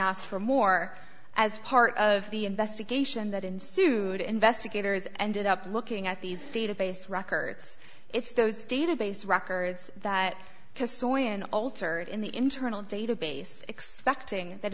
asked for more as part of the investigation that ensued investigators ended up looking at these database records it's those database records that because so in altered in the internal database expecting that